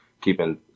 keeping